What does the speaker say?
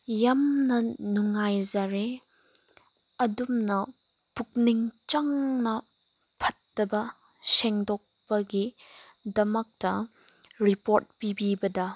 ꯌꯥꯝꯅ ꯅꯨꯡꯉꯥꯏꯖꯔꯦ ꯑꯗꯨꯝꯅ ꯄꯨꯛꯅꯤꯡ ꯆꯪꯅ ꯐꯠꯇꯕ ꯁꯦꯡꯗꯣꯛꯄꯒꯤꯗꯃꯛꯇ ꯔꯤꯄꯣꯔꯠ ꯄꯤꯕꯤꯕꯗ